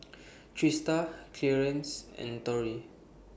Trista Clearence and Torrie